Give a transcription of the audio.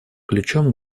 ключом